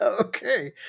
Okay